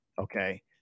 okay